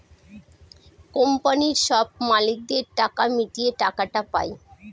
কোম্পানির সব মালিকদের টাকা মিটিয়ে টাকাটা পায়